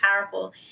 powerful